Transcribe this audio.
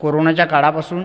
कोरोनाच्या काळापासून